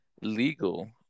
legal